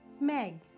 meg